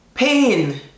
Pain